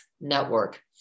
Network